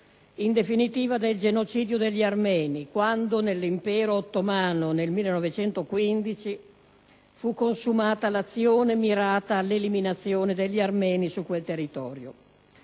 in definitiva del genocidio degli armeni quando, nel 1915, nell'Impero ottomano fu consumata l'azione mirata all'eliminazione degli armeni presenti su quel territorio.